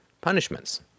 punishments